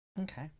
Okay